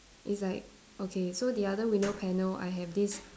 it's like okay so the other window panel I have this